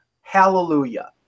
Hallelujah